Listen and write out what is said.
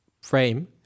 frame